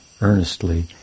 earnestly